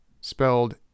Spelled